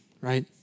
right